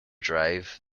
drive